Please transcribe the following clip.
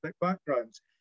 backgrounds